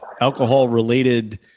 alcohol-related